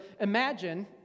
imagine